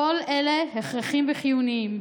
כל אלה הכרחיים וחיוניים,